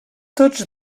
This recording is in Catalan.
tots